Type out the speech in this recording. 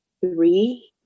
three